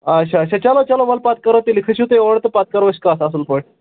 آچھا آچھا چلو چلو وَل پَتہٕ کَرو تیٚلہِ کھٔسِو تُہۍ اورٕ تہٕ پَتہٕ کَرو أسۍ کَتھ اَصٕل پٲٹھۍ